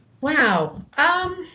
Wow